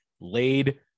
laid